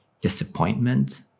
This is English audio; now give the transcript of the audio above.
disappointment